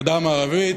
בגדה המערבית,